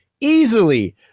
easily